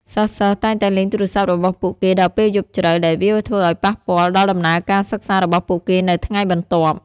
សិស្សៗតែងតែលេងទូរស័ព្ទរបស់ពួកគេដល់ពេលយប់ជ្រៅ ដែលវាធ្វើឱ្យប៉ះពាល់ដល់ដំណើរការសិក្សារបស់ពួកគេនៅថ្ងៃបន្ទាប់។